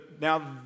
now